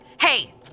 Hey